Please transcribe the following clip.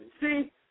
See